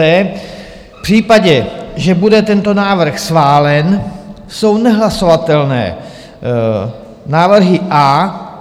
V případě, že bude tento návrh schválen, jsou nehlasovatelné návrhy A.